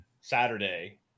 Saturday